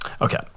Okay